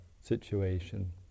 situation